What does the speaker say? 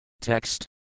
Text